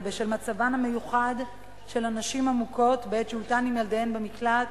ובשל מצבן המיוחד של הנשים המוכות בעת שהותן עם ילדיהן במקלט